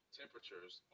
temperatures